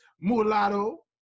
Mulatto